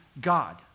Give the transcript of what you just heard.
God